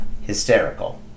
hysterical